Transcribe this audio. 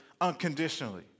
unconditionally